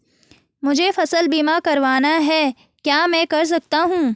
मुझे फसल बीमा करवाना है क्या मैं कर सकता हूँ?